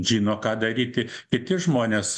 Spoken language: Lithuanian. žino ką daryti kiti žmonės